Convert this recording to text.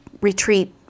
retreat